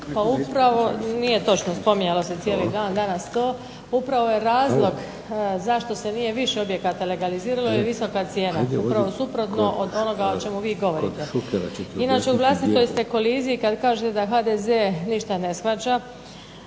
upravo, nije točno spominjalo se cijeli dan danas to upravo je razlog zašto se nije više objekata legaliziralo je visoka cijena. Upravo suprotno od onoga o čemu vi govorite. Inače u vlastitoj ste koliziji kad kažete da HDZ ništa ne shvaća.